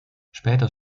später